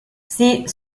sie